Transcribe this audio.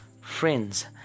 friends